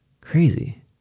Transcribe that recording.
Crazy